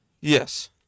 yes